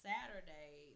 Saturday